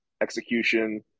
execution